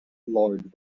lord